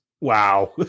Wow